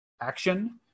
action